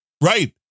Right